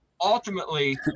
ultimately –